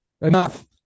enough